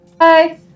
Hi